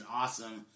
awesome